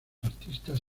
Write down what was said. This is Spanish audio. artistas